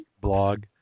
blog